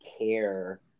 care